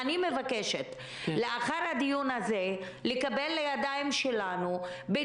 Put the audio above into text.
אני מבקשת לקבל לידיים שלנו לאחר הדיון